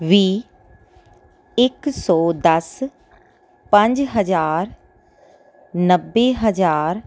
ਵੀਹ ਇੱਕ ਸੌ ਦਸ ਪੰਜ ਹਜ਼ਾਰ ਨੱਬੇ ਹਜ਼ਾਰ